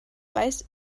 weiß